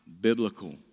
Biblical